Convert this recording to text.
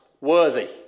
worthy